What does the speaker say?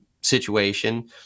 situation